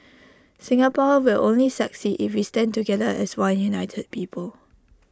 Singapore will only succeed if we stand together as one united people